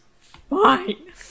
fine